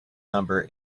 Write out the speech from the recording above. number